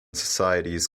societies